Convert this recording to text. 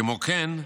כמו כן,